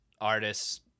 artists